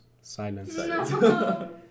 silence